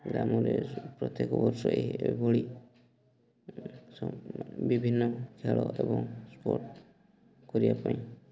ଗ୍ରାମରେ ପ୍ରତ୍ୟେକ ବର୍ଷ ଏହିଭଳି ବିଭିନ୍ନ ଖେଳ ଏବଂ ସ୍ପୋର୍ଟସ୍ କରିବା ପାଇଁ